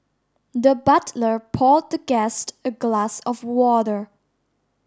the butler poured the guest a glass of water